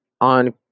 on